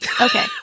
Okay